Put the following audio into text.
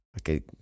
Okay